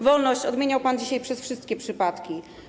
Wolność” odmieniał pan dzisiaj przez wszystkie przypadki.